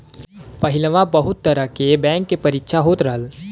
पहिलवा बहुत तरह के बैंक के परीक्षा होत रहल